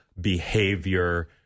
behavior